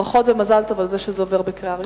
וברכות ומזל טוב על כך שזה עובר בקריאה ראשונה.